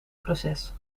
proces